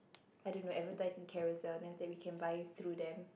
I don't know advertise on Carousell then after that we can buy through them